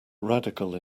radical